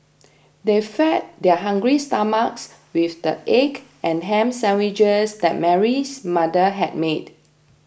they fed their hungry stomachs with the egg and ham sandwiches that Mary's mother had made